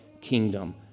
kingdom